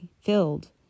filled